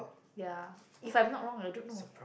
ya if I'm not wrong I don't know